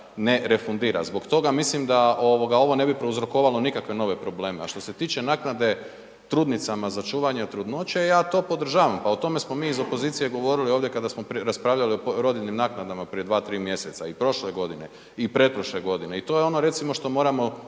ne refundira. Zbog toga mislim da ovo ne bi prouzrokovalo nikakve nove probleme, a što se tiče naknade trudnicama za čuvanje trudnoće, ja to podržavam, pa o tome smo mi iz opozicije govorili ovdje kada smo raspravljali o rodiljnim naknada prije 2, 3 mjeseca i prošle godine i pretprošle godine i to je ono recimo, što moramo